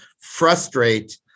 frustrate